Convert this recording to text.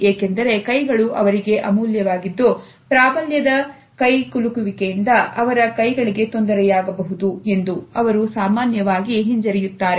ಏಕೆಂದರೆ ಕೈಗಳು ಅವರಿಗೆ ಅಮೂಲ್ಯವಾಗಿದ್ದು ಪ್ರಾಬಲ್ಯದ ಕೈಬಿಡುವುದರಿಂದ ಅವರ ಕೈಗಳಿಗೆ ತೊಂದರೆಯಾಗಬಹುದು ಎಂದು ಅವರು ಸಾಮಾನ್ಯವಾಗಿ ಹಿಂಜರಿಯುತ್ತಾರೆ